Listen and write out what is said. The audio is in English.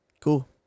Cool